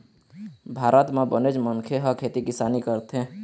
भारत म बनेच मनखे ह खेती किसानी करथे